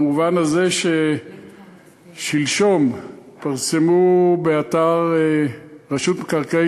במובן הזה ששלשום פורסמו באתר רשות מקרקעי